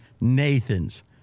Nathan's